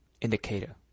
indicator